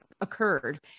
occurred